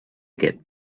get